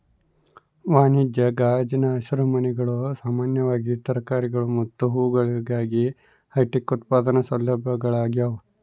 ವಾಣಿಜ್ಯ ಗಾಜಿನ ಹಸಿರುಮನೆಗಳು ಸಾಮಾನ್ಯವಾಗಿ ತರಕಾರಿಗಳು ಮತ್ತು ಹೂವುಗಳಿಗಾಗಿ ಹೈಟೆಕ್ ಉತ್ಪಾದನಾ ಸೌಲಭ್ಯಗಳಾಗ್ಯವ